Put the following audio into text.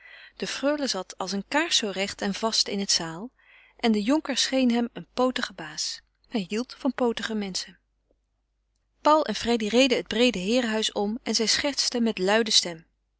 de freule zat als een kaars zoo recht en vast in den zaâl en de jonker scheen hem een pootige baas hij hield van pootige menschen paul en freddy reden het breede heerenhuis om en zij schertsten met luide stem